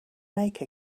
make